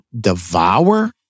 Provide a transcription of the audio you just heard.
devour